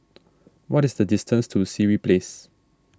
what is the distance to Sireh Place